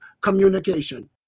communication